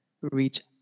reach